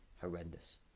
horrendous